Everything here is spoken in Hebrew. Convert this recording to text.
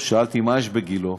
שאלתי: מה יש בגילה?